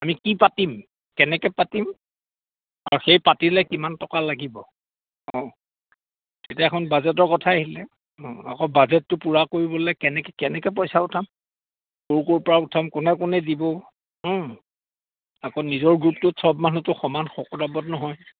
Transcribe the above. আমি কি পাতিম কেনেকে পাতিম আৰু সেই পাতিলে কিমান টকা লাগিব অঁ তেতিয়া এখন বাজেটৰ কথাই আহিলে আকৌ বাজেটটো পূৰা কৰিবলে কেনেকে কেনেকে পইচা উঠাম ক'ৰ ক'ৰ পৰা উঠাম কোনে কোনে দিব আকৌ নিজৰ গ্ৰুপটোত চব মানুহটো সমান শকত আৱত নহয়